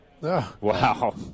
Wow